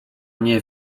nie